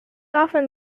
often